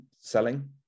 selling